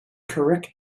correct